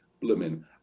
blooming